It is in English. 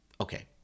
Okay